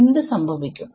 എന്ത് സംഭവിക്കും